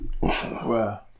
Wow